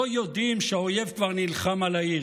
לא יודעים שהאויב כבר נלחם על העיר.